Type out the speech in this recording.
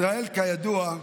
כידוע,